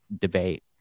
debate